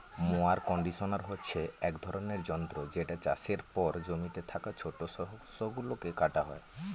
mower conditioner হচ্ছে এক ধরনের যন্ত্র যেটা চাষের পর জমিতে থাকা ছোট শস্য গুলোকে কাটা হয়